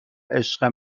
عشق